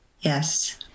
Yes